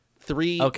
three